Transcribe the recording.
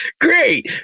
Great